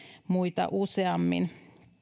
muita useammin